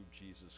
Jesus